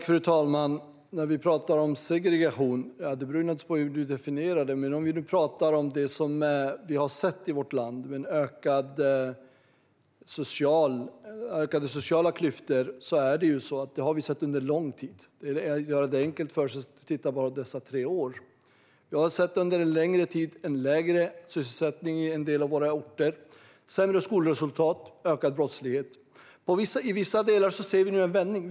Fru talman! När vi pratar om segregation beror det naturligtvis på hur vi definierar detta ord. Om vi pratar om det som vi har sett i vårt land i fråga om ökade sociala klyftor är det så att vi har sett detta under lång tid. Det är att göra det enkelt för sig att titta bara på dessa tre år. Vi har under en längre tid sett en lägre sysselsättning, sämre skolresultat och ökad brottslighet i en del av våra orter. I vissa delar ser vi nu en vändning.